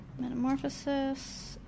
Metamorphosis